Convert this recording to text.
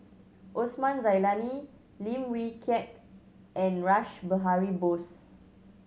Osman Zailani Lim Wee Kiak and Rash Behari Bose